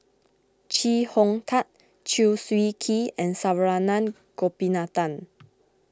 Chee Hong Tat Chew Swee Kee and Saravanan Gopinathan